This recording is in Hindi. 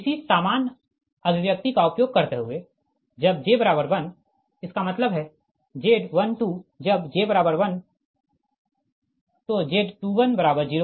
इसी सामान अभिव्यक्ति का उपयोग करते हुए जब j1 इसका मतलब है Z12 जब j1 Z2105